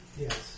Yes